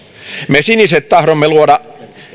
me siniset tahdomme